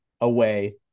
away